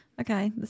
Okay